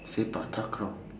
sepak takraw